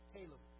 Caleb